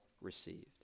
received